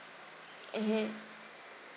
mmhmm